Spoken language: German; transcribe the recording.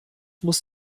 muss